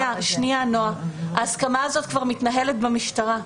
רגע, נעה, ההסכמה הזאת כבר מתנהלת במשטרה.